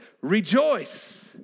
rejoice